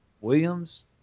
Williams